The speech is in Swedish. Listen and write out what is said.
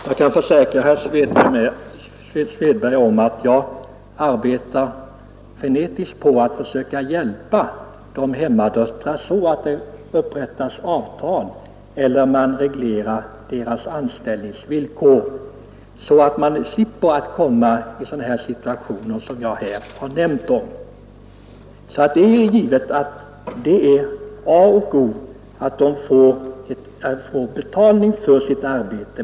Herr talman! Jag kan försäkra herr Svedberg att jag frenetiskt arbetar med att försöka hjälpa hemmadöttrarna så att ett avtal kan upprättas för dem eller deras anställningsvillkor regleras. Därigenom skulle de undvika att komma i sådana situationer som jag nämnt om. Det är givet att A och O är att de får betalt för sitt arbete.